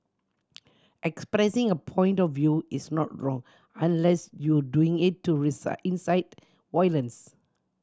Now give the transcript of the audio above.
expressing a point of view is not wrong unless you doing it to incite violence